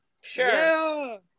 Sure